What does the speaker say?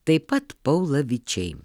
taip pat paulavičiai